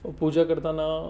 पूजा करताना